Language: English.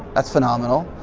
that's phenomenal.